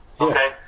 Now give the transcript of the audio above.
Okay